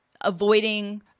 avoiding